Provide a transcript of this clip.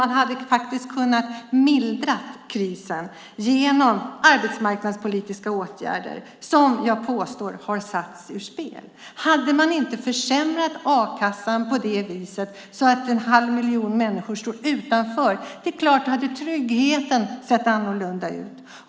Man hade faktiskt kunnat mildra krisen genom arbetsmarknadspolitiska åtgärder som jag påstår har satts ur spel. Hade man inte försämrat a-kassan så att en halv miljon människor nu står utanför är det klart att tryggheten hade sett annorlunda ut.